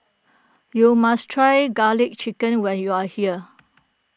you must try Garlic Chicken when you are here